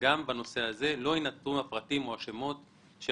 שגם בנושא הזה לא יינתנו הפרטים או השמות של